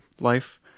life